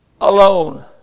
alone